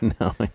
No